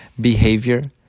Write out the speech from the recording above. behavior